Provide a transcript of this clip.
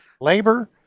labor